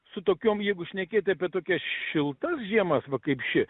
su tokiom jeigu šnekėti apie tokias šiltas žiemas va kaip ši